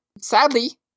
Sadly